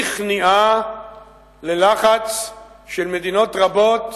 ככניעה ללחץ של מדינות רבות.